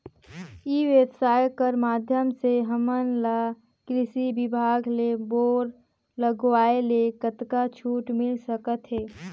ई व्यवसाय कर माध्यम से हमन ला कृषि विभाग ले बोर लगवाए ले कतका छूट मिल सकत हे?